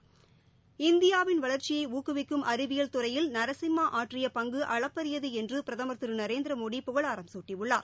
நரசிம்மா இந்தியாவின் வளர்ச்சியை ஊக்குவிக்கும் அறிவியல் துறையில் ஆற்றிய பங்கு அளப்பறியது என்று பிரதமர் திரு நரேந்திரமோடி புகழாரம் சூட்டியுள்ளார்